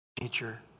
nature